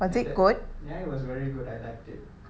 and that ya it was very good I liked it